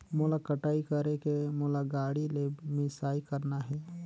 मोला कटाई करेके मोला गाड़ी ले मिसाई करना हे?